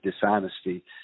dishonesty